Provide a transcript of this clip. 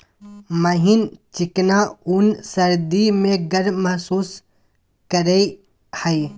महीन चिकना ऊन सर्दी में गर्म महसूस करेय हइ